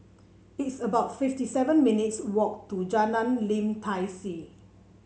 it's about fifty seven minutes' walk to Jalan Lim Tai See